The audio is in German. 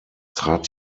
trat